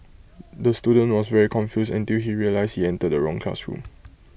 the student was very confused until he realised he entered the wrong classroom